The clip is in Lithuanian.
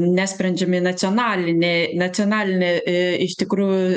nesprendžiami nacionalinė nacionalinė ė iš tikrųj